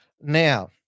Now